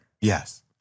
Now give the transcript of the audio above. Yes